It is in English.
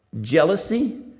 jealousy